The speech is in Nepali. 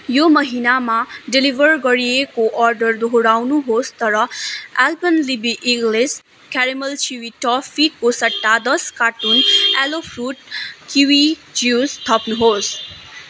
यो महिनामा डेलिभर गरिएको अर्डर दोहोऱ्याउनु होस् तर एल्पेनलिबे इक्लेयर्स क्यारामेल च्युवी टफीको सट्टा दस carton aloe fruit kiwi juice थप्नु होस्